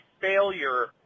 failure